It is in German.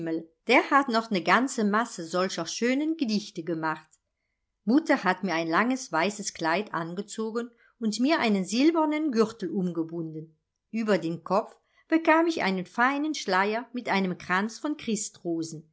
der hat noch ne ganze masse solcher schönen gedichte gemacht mutter hat mir ein langes weißes kleid angezogen und mir einen silbernen gürtel umgebunden über den kopf bekam ich einen feinen schleier mit einem kranz von